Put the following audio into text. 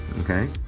Okay